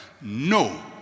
no